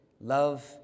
Love